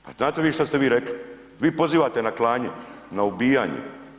Pa znate vi šta ste vi rekli, vi pozivate na klanje, na ubijanje.